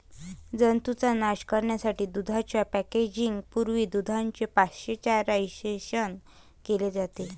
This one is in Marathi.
जंतूंचा नाश करण्यासाठी दुधाच्या पॅकेजिंग पूर्वी दुधाचे पाश्चरायझेशन केले जाते